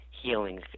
healing